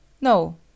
No